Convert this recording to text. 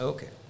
Okay